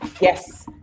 Yes